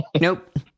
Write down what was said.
Nope